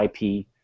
IP